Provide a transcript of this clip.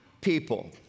people